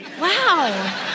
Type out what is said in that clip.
Wow